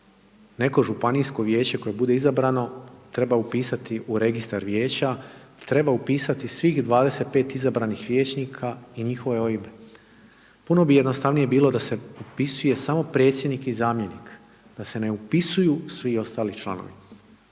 neko županijsko vijeće koje bude izabrano, treba upisati u registar vijeća, treba upisati svih 25 izabranih vijećnika i njihove OIB-e, puno bi jednostavnije bilo da se upisuje samo predsjednik i zamjenik, da se ne upisuju svi ostali članovi,